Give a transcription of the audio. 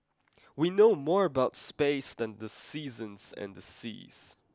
we know more about space than the seasons and the seas